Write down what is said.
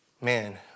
man